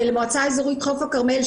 של מועצה אזורית חוף הכרמל,